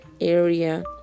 area